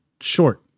short